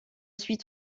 suit